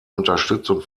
unterstützung